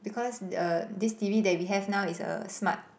because the this T_V that we have now is a smart